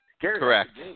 Correct